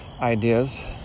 ideas